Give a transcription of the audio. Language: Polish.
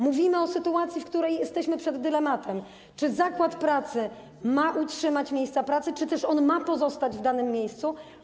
Mówimy o sytuacji, w której jesteśmy przed dylematem: czy zakład pracy ma utrzymać miejsca pracy, czy ma on pozostać w danym miejscu.